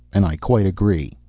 and i quite agree.